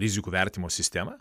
rizikų vertinimo sistemą